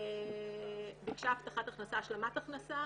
ביקשה השלמת הכנסה,